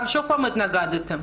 שוב התנגדתם.